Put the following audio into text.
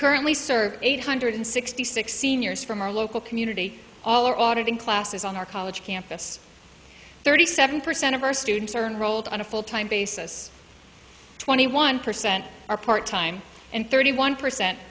currently serve eight hundred sixty six seniors from our local community all are audited classes on our college campus thirty seven percent of our students are enrolled on a full time basis twenty one percent are part time and thirty one percent